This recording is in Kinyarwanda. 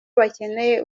bakeneye